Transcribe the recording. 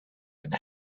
and